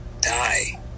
die